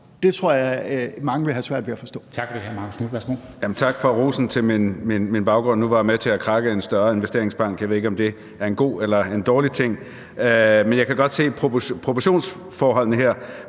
Tak for det. Hr. Marcus Knuth, værsgo. Kl. 13:05 Marcus Knuth (KF): Tak for rosen til min baggrund. Nu var jeg med til at krakke en større investeringsbank, og jeg ved ikke, om det er en god eller en dårlig ting. Jeg kan godt se proportionsforholdene her,